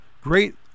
great